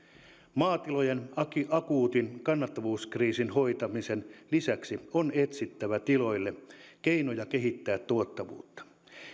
maatilojen akuutin kannattavuuskriisin hoitamisen lisäksi on etsittävä tiloille keinoja kehittää tuottavuutta